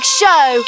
show